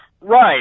Right